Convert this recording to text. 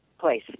place